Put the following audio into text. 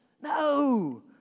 No